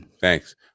Thanks